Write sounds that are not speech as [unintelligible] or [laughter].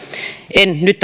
en nyt [unintelligible]